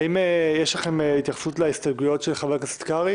האם יש לכם התייחסות להסתייגות של חבר הכנסת קרעי